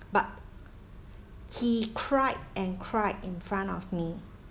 but he cried and cried in front of me